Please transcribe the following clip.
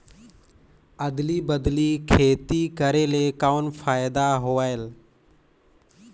अदली बदली खेती करेले कौन फायदा होयल?